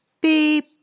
Beep